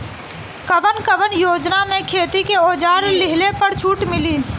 कवन कवन योजना मै खेती के औजार लिहले पर छुट मिली?